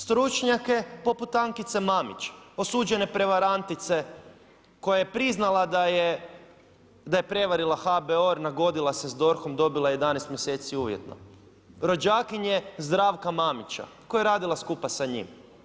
Stručnjake poput Ankice Mamić osuđene prevarantice koja je priznala da je prevarila HBOR, nagodila se s DORH-om, dobila 11 mjeseci uvjetno, rođakinje Zdravka Mamića koja je radila skupa sa njim.